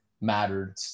mattered